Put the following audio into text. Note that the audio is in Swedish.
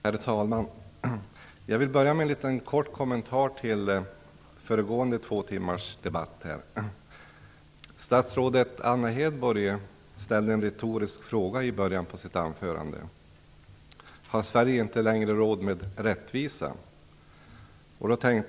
Herr talman! Jag vill börja med en liten kort kommentar till de föregående två timmarnas debatt. Statsrådet Anna Hedborg ställde i början av sitt anförande en retorisk fråga: Har Sverige inte längre råd med rättvisa?